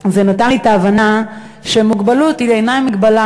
זה נתן לי את ההבנה שמוגבלות אינה מגבלה,